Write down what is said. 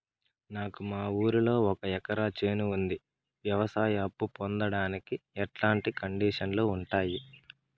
నాకు మా ఊరిలో ఒక ఎకరా చేను ఉంది, వ్యవసాయ అప్ఫు పొందడానికి ఎట్లాంటి కండిషన్లు ఉంటాయి?